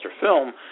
film